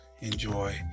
enjoy